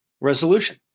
resolution